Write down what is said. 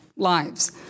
lives